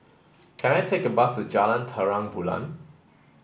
can I take a bus to Jalan Terang Bulan